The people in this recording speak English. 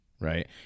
right